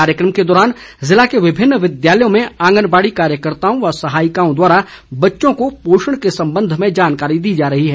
कार्यक्रम के दौरान जिले के विभिन्न विद्यालयों में आंगनबाड़ी कार्यकर्त्ताओं व सहायिकाओं द्वारा बच्चों को पोषण के संबंध में जानकारी दी जा रही है